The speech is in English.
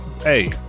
hey